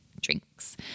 drinks